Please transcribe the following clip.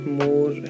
more